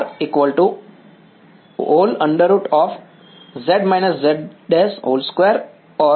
તો R નું મૂલ્ય શું હશે